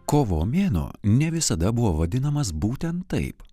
kovo mėnuo ne visada buvo vadinamas būtent taip